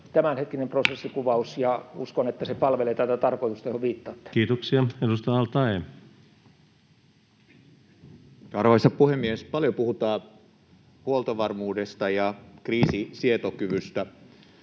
ja uskon, että se palvelee tätä tarkoitusta, johon viittaatte. Kiitoksia. — Edustaja al-Taee. Arvoisa puhemies! Paljon puhutaan huoltovarmuudesta ja kriisinsietokyvystä.